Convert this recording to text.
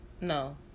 No